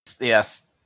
Yes